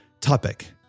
topic